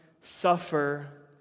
suffer